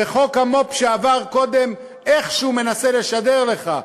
וחוק המו"פ שעבר קודם איכשהו מנסה לשדר לך: